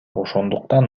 ошондуктан